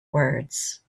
words